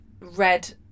red